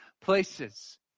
places